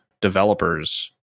developers